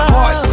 Heart